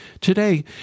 Today